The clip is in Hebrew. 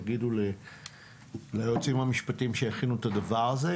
תגידו ליועצים המשפטיים שיכינו את הדבר הזה,